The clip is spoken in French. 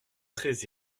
très